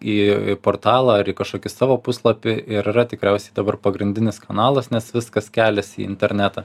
į portalą ar į kažkokį savo puslapį ir yra tikriausiai dabar pagrindinis kanalas nes viskas keliasi į internetą